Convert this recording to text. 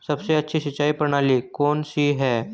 सबसे अच्छी सिंचाई प्रणाली कौन सी है?